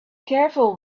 careful